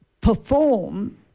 perform